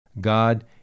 God